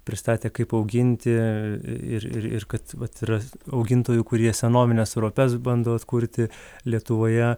pristatė kaip auginti ir ir ir kad vat yra augintojų kurie senovines ropes bando atkurti lietuvoje